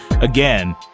again